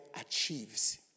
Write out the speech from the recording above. achieves